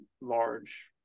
large